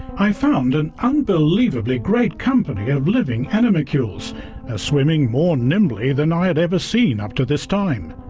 i found an unbelievably great company of living animalcules swimming more nimbly than i had ever seen up to this time.